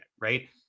Right